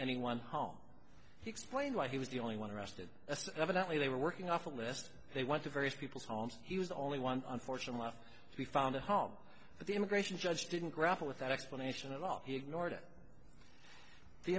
anyone home he explained why he was the only one arrested as evidently they were working off a list they went to various people's homes he was the only one unfortunate enough to be found at home but the immigration judge didn't grapple with that explanation at all he ignored it the